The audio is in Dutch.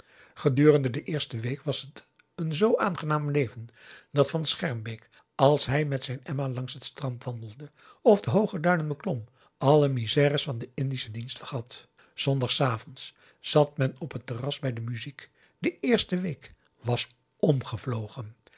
gedurende de eerste week was het een zoo aangenaam leven dat van schermbeek als hij met zijn emma langs het strand wandelde of de hooge duinen beklom alle m i s è r e s van den indischen dienst vergat zondagsavonds zat men op het terras bij de muziek de eerste week was omgevlogen